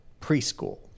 Preschool